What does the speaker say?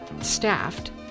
staffed